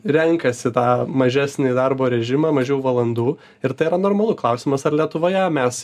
renkasi tą mažesnį darbo režimą mažiau valandų ir tai yra normalu klausimas ar lietuvoje mes